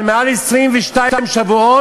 אבל מעל 22 שבועות,